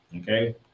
Okay